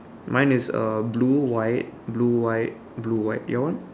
mine is uh blue white blue white blue white your one